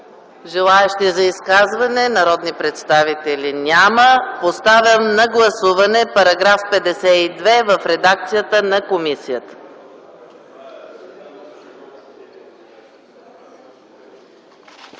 Желаещи за изказване на народни представители? Няма. Поставям на гласуване § 52 в редакцията на комисията.